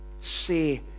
say